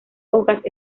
hojas